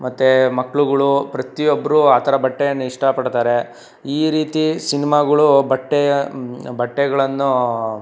ಮತ್ತು ಮಕ್ಳುಗಳು ಪ್ರತಿಯೊಬ್ಬರೂ ಆ ಥರ ಬಟ್ಟೆಯನ್ನು ಇಷ್ಟಪಡ್ತಾರೆ ಈ ರೀತಿ ಸಿನ್ಮಾಗಳು ಬಟ್ಟೆಯ ಬಟ್ಟೆಗಳನ್ನು